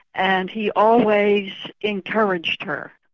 and he always encouraged her.